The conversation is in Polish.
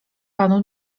panu